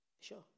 Sure